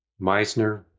Meisner